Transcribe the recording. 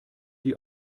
die